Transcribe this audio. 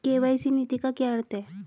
KYC नीति का क्या अर्थ है?